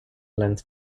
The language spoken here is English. length